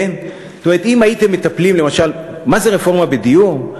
אם הייתם מטפלים למשל, מה זו רפורמה בדיור?